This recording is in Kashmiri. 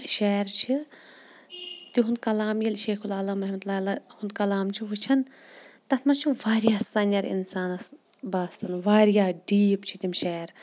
شعر چھِ تِہُنٛد کلام ییٚلہِ شیخ العالم رحمتُہ اللہِ علیہ ہُںٛد کلام چھِ وٕچھان تَتھ منٛز چھِ واریاہ سَنٮ۪ر اِنسانَس باسان واریاہ ڈیٖپ چھِ تِم شعر